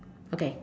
okay